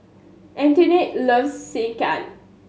Antionette loves Sekihan